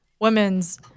women's